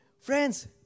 Friends